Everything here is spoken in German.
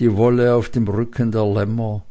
die wolle auf dem rücken der lämmer